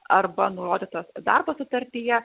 arba nurodyta darbo sutartyje